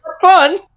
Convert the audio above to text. fun